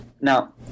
Now